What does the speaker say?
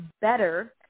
better